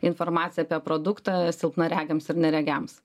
informaciją apie produktą silpnaregiams ir neregiams